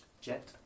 Jet